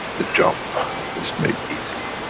the job is made easy.